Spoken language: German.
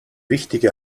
wichtige